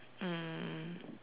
mm mm